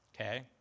Okay